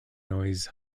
nuys